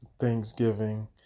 Thanksgiving